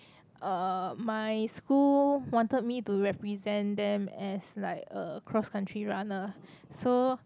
uh my school wanted me to represent them as like a cross country runner so